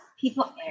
people